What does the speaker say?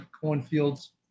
cornfields